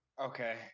Okay